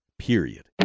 Period